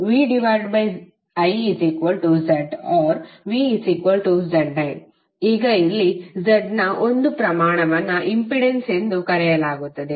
VIZorVZI ಈಗ ಇಲ್ಲಿ Z ನ ಒಂದು ಪ್ರಮಾಣವನ್ನು ಇಂಪೆಡೆನ್ಸ್ ಎಂದು ಕರೆಯಲಾಗುತ್ತದೆ